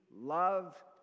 love